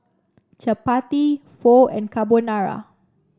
Chapati Pho and Carbonara